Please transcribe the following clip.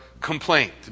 complaint